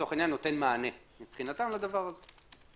לצורך העניין נותן מענה מבחינתם לדבר הזה.